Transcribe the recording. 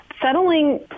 settling